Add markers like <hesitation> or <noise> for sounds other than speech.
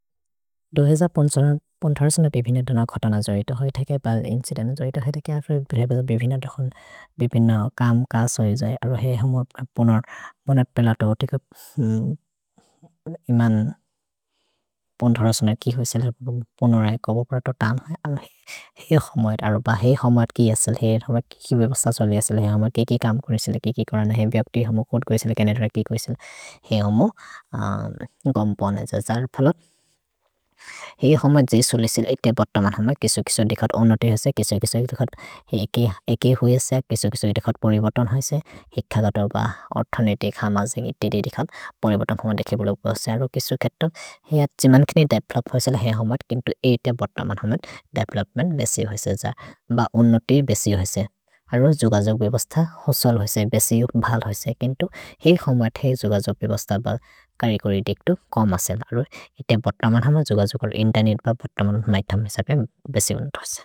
दो हजर् पन्द्रह्। न बेबिनत् न खतन जैत है, थेके इन्चिदेन्त् जैत है, थेके अप्रे बेबिनत् न कम् कस् होइ जैत है, अर्हो हेइ होमो पनोर्, मोनत् पेलतो इतिक इमन् <hesitation> पन्द्रह् न कि होइ सेल पनोर् है, कबो परतो तम् है, अर्हो हेइ होमो है, अर्हो ब हेइ होमो है कि यसल् है, अर्हो ब किकि बेबस्त छलि यसल् है, हेइ होमो किकि कम् कोरि सेल, किकि करन है, हेइ बिअक्ति होमो कोद् कोरि सेल, केनेतर किकि कोरि सेल, हेइ होमो गम् पनोर् जैत है, अर्हो पेलतो, हेइ होमो जै सोलि सेल, इते बत मन् होमो, किसो किसो दिखत् ओनोति होइसे, किसो किसो दिखत् एके एके होइएसे, किसो किसो दिखत् परिबतन् होइसे, एक दत ब ओर्थने देख, मज देख, इते देख परिबतन् कम देखि बोले बोसे, अर्हो किसो खेतो, हेइ अछिमन् किनि देवेलोप् होइसेल हेइ होमो, केन्दु इते बत मन् होमो देवेलोप्मेन्त् बेसि होइसे जैत है, ब ओनोति बेसि होइसे, अर्हो जुगजोब् बेबस्त होसल् होइसे, बेसि भल् होइसे, केन्दु हेइ होमो जैत हेइ जुगजोब् बेबस्त ब, करि कोरि दिक्तो कम सेल, अर्हो इते बत मन् होमो, जुगजोब् करो इन्तेर्नेत् ब, बत मन् होइसे मैथ मे सभे बेसि बिन्तोसे।